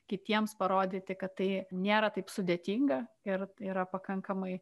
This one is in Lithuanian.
kitiems parodyti kad tai nėra taip sudėtinga ir yra pakankamai